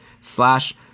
slash